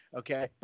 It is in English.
okay